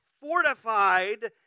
fortified